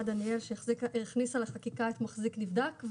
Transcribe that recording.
דניאל שהכניסה לחקיקה את מחזיק נבדק.